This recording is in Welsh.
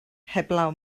heblaw